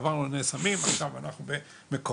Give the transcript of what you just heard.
עברנו לנס עמים ועכשיו אנחנו במקורות.